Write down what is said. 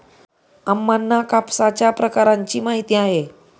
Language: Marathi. अम्मांना कापसाच्या प्रकारांची माहिती आहे